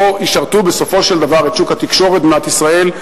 ישרתו בסופו של דבר את שוק התקשורת במדינת ישראל.